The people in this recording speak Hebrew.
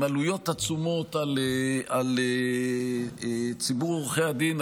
עם עלויות עצומות על ציבור עורכי הדין,